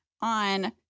on